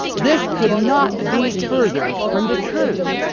this could not be further from the truth.